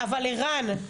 אבל ערן,